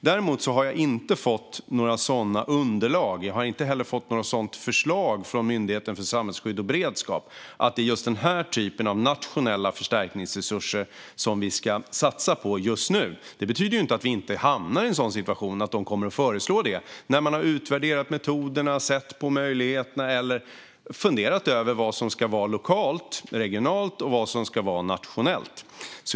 Jag har däremot inte fått några underlag eller något förslag från Myndigheten för samhällsskydd och beredskap om att det är just den typen av nationella förstärkningsresurser som vi ska satsa på just nu. Det betyder inte att vi inte hamnar i en situation där de kommer att föreslå det när man har utvärderat metoderna, sett på möjligheterna eller funderat över vad som ska vara lokalt, regionalt och nationellt.